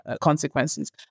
consequences